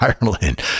ireland